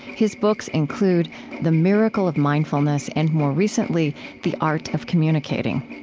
his books include the miracle of mindfulness, and more recently the art of communicating.